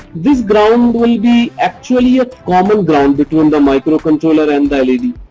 this ground will be actually a common ground between the microcontroller and led.